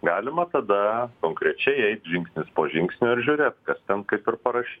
galima tada konkrečiai eit žingsnis po žingsnio ir žiūrėt kas ten kaip ir paraš